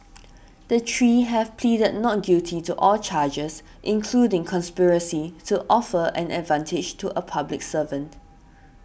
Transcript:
the three have pleaded not guilty to all charges including conspiracy to offer an advantage to a public servant